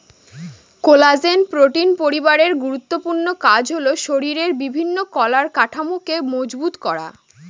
collagen protein পরিবারের গুরুত্বপূর্ণ কাজ হল শরীরের বিভিন্ন কলার কাঠামোকে মজবুত করা